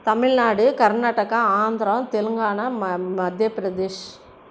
தமிழ்நாடு கர்நாடகா ஆந்திரா தெலுங்கானா ம மத்தியப் பிரதேஷ்